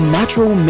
Natural